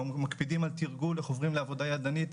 אנחנו מקפידים על תרגול ועוברים לעבודה ידנית,